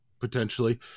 potentially